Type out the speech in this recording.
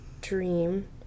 dream